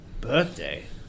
Birthday